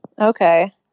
Okay